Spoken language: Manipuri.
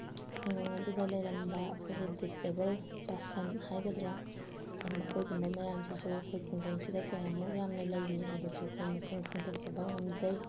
ꯈꯨꯡꯒꯪ ꯑꯗꯨꯗ ꯂꯩꯔꯝꯕ ꯑꯩꯈꯣꯏꯒꯤ ꯗꯤꯁꯑꯦꯕꯜ ꯄꯥꯔꯁꯟ ꯍꯥꯏꯒꯗ꯭ꯔꯥ ꯃꯈꯣꯏꯒꯨꯝꯕ ꯃꯌꯥꯝꯁꯤꯁꯨ ꯑꯩꯈꯣꯏ ꯈꯨꯡꯒꯪꯁꯤꯗ ꯀꯌꯥꯝꯃꯨꯛ ꯌꯥꯝꯅ ꯂꯩꯔꯤ ꯍꯥꯏꯕꯁꯨ ꯑꯩꯈꯣꯏ ꯃꯁꯤꯡ ꯈꯪꯗꯣꯛꯆꯕ ꯉꯝꯖꯩ